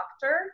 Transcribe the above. doctor